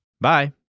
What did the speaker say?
Bye